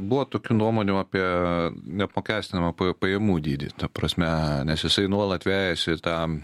buvo tokių nuomonių apie neapmokestinamą pajamų dydį ta prasme nes jisai nuolat vejasi tą